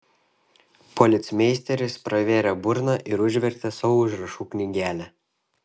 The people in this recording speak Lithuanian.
policmeisteris pravėrė burną ir užvertė savo užrašų knygelę